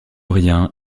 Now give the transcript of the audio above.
rien